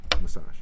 massage